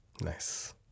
nice